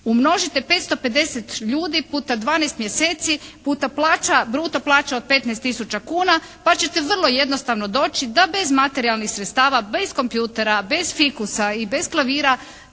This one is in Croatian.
Umnožite 550 ljudi puta 12 mjeseci puta plaća, bruto plaća od 15000 kuna pa ćete vrlo jednostavno doći da bez materijalnih sredstava, bez kompjutera, bez fikusa i bez klavira